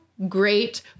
Great